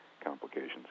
complications